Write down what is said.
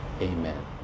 Amen